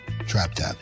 TrapTap